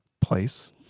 place